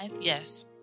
Yes